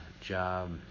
job